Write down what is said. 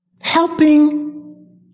Helping